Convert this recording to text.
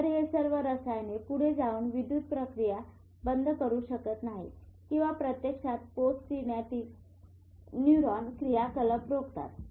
तर हे सर्व रसायने पुढे जाऊन विद्युत प्रक्रिया बंद करू शकत नाहीत किंवा प्रत्यक्षात पोस्ट सिनॅप्टिक न्यूरॉन क्रियाकलाप रोखतात